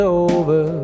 over